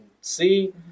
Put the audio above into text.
see